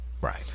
Right